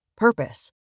purpose